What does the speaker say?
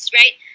right